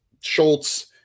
Schultz